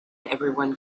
everyone